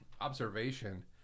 observation